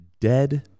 dead